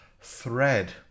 thread